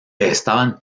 estaban